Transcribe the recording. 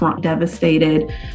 devastated